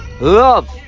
love